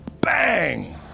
bang